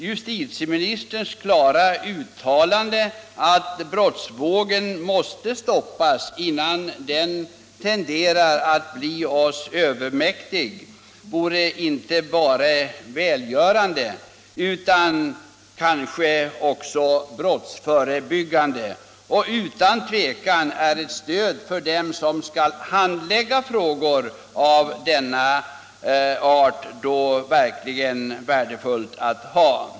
Justitieministerns klara uttalande att brottsvågen måste stoppas innan den tenderar att bli oss övermäktig vore inte bara välgörande utan kanske också brottsförebyggande. Och utan tvivel är ett stöd för dem som skall handlägga frågor av denna art verkligen värdefullt.